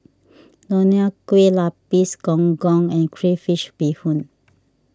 Nonya Kueh Lapis Gong Gong and Crayfish BeeHoon